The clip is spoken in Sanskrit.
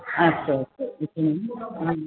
अस्तु अस्तु